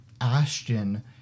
ashton